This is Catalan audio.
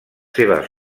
seves